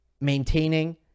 maintaining